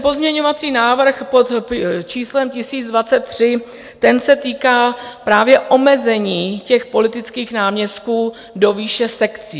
Pozměňovací návrh pod číslem 1023 se týká právě omezení těch politických náměstků do výše sekcí.